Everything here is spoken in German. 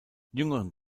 jüngeren